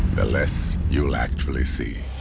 the less you'll actually see.